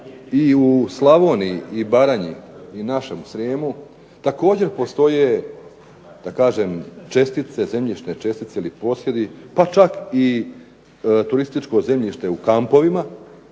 i u Slavoniji i Baranji i našem Srijemu također postoje da kažem čestice, zemljišne čestice ili posjedi, pa čak i turističko zemljište u kampovima